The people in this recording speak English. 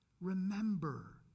Remember